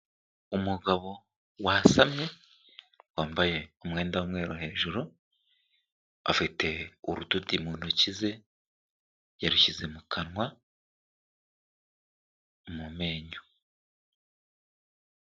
Umugabo wasamye, wambaye umwenda w'umweru hejuru, afite urudodo mu ntoki ze, yarushyize mu kanwa, mu menyo.